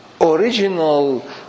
original